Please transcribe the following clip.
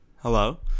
Hello